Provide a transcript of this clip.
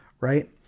Right